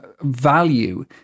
value